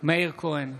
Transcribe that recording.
מאיר כהן,